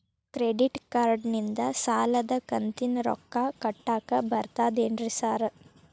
Credit ಕಾರ್ಡನಿಂದ ಸಾಲದ ಕಂತಿನ ರೊಕ್ಕಾ ಕಟ್ಟಾಕ್ ಬರ್ತಾದೇನ್ರಿ ಸಾರ್?